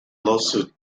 lawsuit